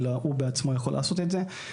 אלא הוא בעצמו יכול לעשות את זה.